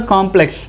Complex